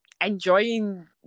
enjoying